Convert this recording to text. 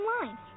online